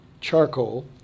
charcoal